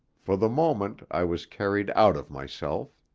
for the moment i was carried out of myself.